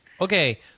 Okay